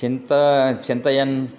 चिन्ता चिन्तयन्